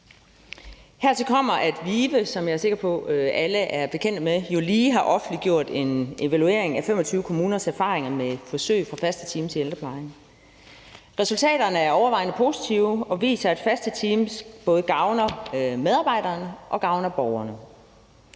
Hertil kommer, at VIVE, som jeg er sikker på alle er bekendt med, jo lige har offentliggjort en evaluering af 25 kommuners erfaringer med forsøg fra faste teams i ældreplejen. Resultaterne er overvejende positive og viser, at faste teams både gavner medarbejderne og gavner borgerne.